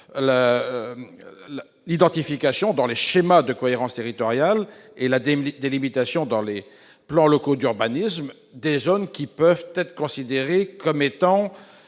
l'identification, dans les schémas de cohérence territoriale, et la délimitation, dans les plans locaux d'urbanisme, des dents creuses pouvant être considérées comme